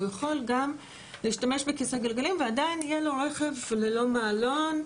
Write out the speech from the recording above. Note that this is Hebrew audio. הוא יכול גם להשתמש בכיסא גלגלים ועדיין יהיה לו רכב ללא מעלון,